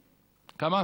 כמה?